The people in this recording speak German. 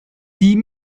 die